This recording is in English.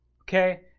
Okay